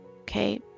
Okay